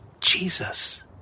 Jesus